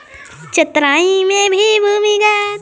चेन्नई में भी भूमिगत जल के उपलब्धता कम हो गेले हई